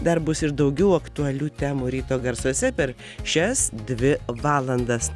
dar bus ir daugiau aktualių temų ryto garsuose per šias dvi valandas